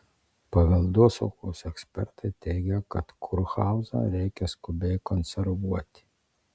paveldosaugos ekspertai teigia kad kurhauzą reikia skubiai konservuoti